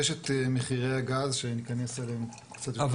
יש את מחירי הגז שניכנס אליהם --- אבל